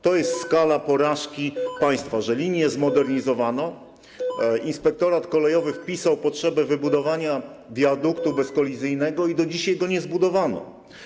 To jest skala porażki państwa, że linie zmodernizowano, inspektorat kolejowy wpisał potrzebę wybudowania wiaduktu bezkolizyjnego, a do dzisiaj go nie zbudowano.